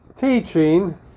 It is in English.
teaching